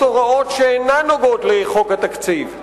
הוראות שאינן נוגעות לחוק התקציב.